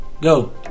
go